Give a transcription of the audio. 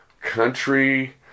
country